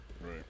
right